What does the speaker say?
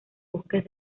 bosques